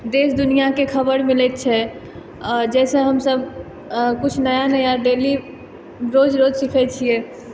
देश दुनियाके खबरि मिलै छै आओर जाहिसँ हमसब कुछ नया नया डेली रोज रोज सिखै छियै